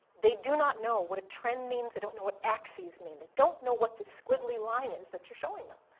they do not know what a trend means. they don't know what axes mean. they don't know what the squiggly line is that you're showing them.